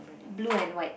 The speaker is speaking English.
blue and white